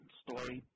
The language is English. story